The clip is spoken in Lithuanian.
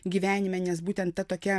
gyvenime nes būtent ta tokia